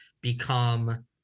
become